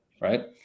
right